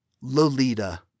Lolita